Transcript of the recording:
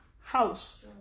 house